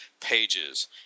pages